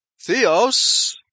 Theos